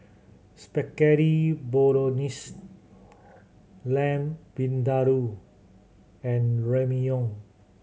Spaghetti Bolognese Lamb Vindaloo and Ramyeon